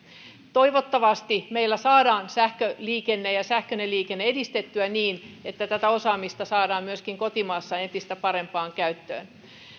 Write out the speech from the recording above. toivottavasti meillä saadaan sähköliikennettä sähköistä liikennettä edistettyä niin että tätä osaamista saadaan myöskin kotimaassa entistä parempaan käyttöön